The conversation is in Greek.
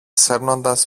σέρνοντας